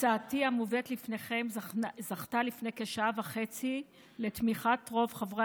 הצעתי המובאת לפניכם זכתה לפני כשעה וחצי לתמיכת רוב חברי